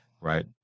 right